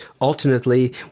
alternately